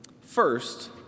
first